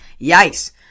Yikes